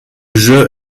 jeu